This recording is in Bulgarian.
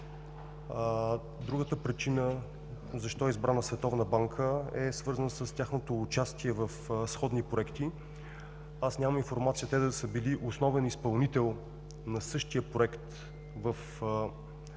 Другата причина, защо е избрана Световната банка, е свързана с тяхното участие в сходни проекти. Аз нямам информация те да са били основен изпълнител на същия проект в